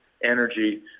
energy